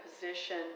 position